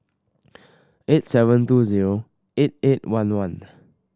eight seven two zero eight eight one one